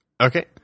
Okay